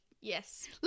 Yes